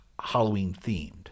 Halloween-themed